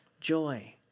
joy